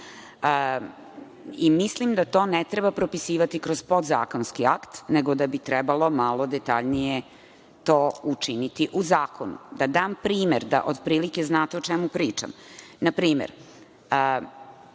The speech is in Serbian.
Mislim da to ne treba propisivati kroz podzakonski akt, nego da bi trebalo malo detaljnije to učiniti u zakonu. Da dam primer, da otprilike znate o čemu pričam. Na primer,